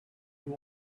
you